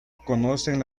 conocen